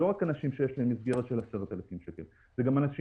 לא רק באנשים שיש להם מסגרת של 10,000 שקל אלא גם באנשים